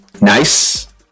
nice